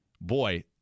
boy